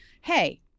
hey